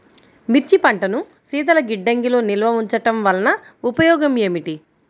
మిర్చి పంటను శీతల గిడ్డంగిలో నిల్వ ఉంచటం వలన ఉపయోగం ఏమిటి?